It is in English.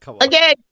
again